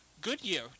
Goodyear